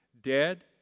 Dead